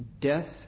death